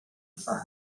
for